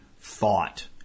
thought